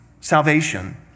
salvation